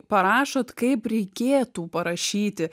parašot kaip reikėtų parašyti